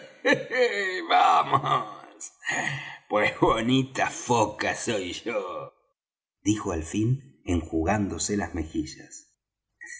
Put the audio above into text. vamos pues bonita foca soy yo dijo al fin enjugándose las mejillas